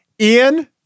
Ian